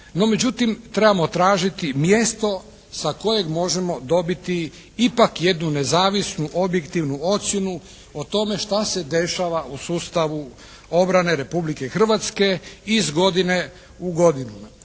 međutim, trebamo tražiti mjesto sa kojeg možemo dobiti ipak jednu nezavisnu, objektivnu ocjenu o tome šta se dešava u sustavu obrane Republike Hrvatske iz godine u godinu